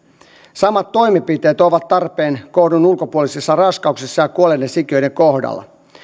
samat toimenpiteet ovat tarpeen kohdun ulkopuolisissa raskauksissa ja kuolleiden sikiöiden kohdalla